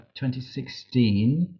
2016